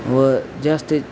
व जास्ती